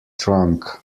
trunk